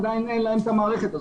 עדיין אין להן את המערכת הזאת.